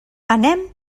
anem